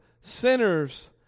sinners